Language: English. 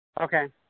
Okay